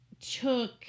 took